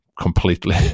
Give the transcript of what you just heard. completely